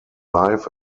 life